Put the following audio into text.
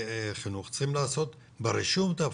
החינוך צריכים לעשות את ההבחנה ברישום,